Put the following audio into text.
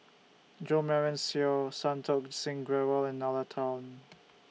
Jo Marion Seow Santokh Singh Grewal and Nalla Tan